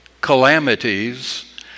calamities